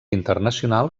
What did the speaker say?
internacional